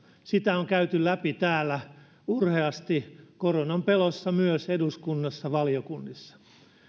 sitä on käyty läpi täällä urheasti koronan pelossa myös eduskunnassa valiokunnissa